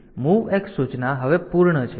તેથી MOVX સૂચના હવે પૂર્ણ છે